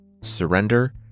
Surrender